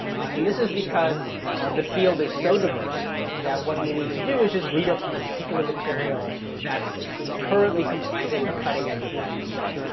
and this is because the field is so diverse that what you need to do is just read up on the particular material that's currently comprising the cutting edge of that field.